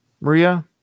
Maria